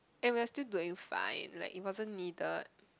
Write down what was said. and we are still doing fine like it wasn't needed